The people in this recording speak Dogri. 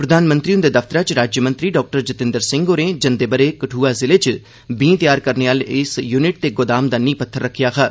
प्रधानमंत्री हुंदे दफ्तरै च राज्यमंत्री डाक्टर जतिंदर सिंह होरें जंदे ब'रे कठुआ जिले च बींड तैयार करने सरबंधी युनिट ते गोदाम दा नींह पत्थर रक्खेआ हा